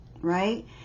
right